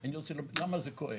למה זה כואב?